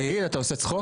אתה עושה צחוק?